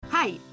Hi